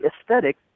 aesthetic